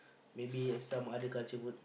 maybe some other country food